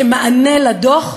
כמענה לדוח,